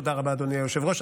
תודה רבה, אדוני היושב-ראש.